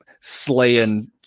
slaying